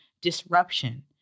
Disruption